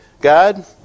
God